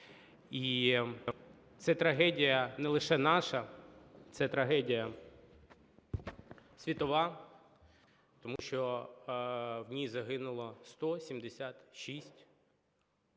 І це трагедія не лише наша, це трагедія світова, тому що в ній загинуло 176 людей,